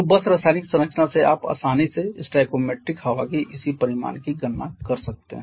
तो बस रासायनिक संरचना से आप आसानी से स्टोइकोमीट्रिक हवा की इसी परिमाण की गणना कर सकते हैं